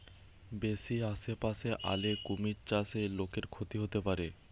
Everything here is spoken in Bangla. বেশি আশেপাশে আলে কুমির চাষে লোকর ক্ষতি হতে পারে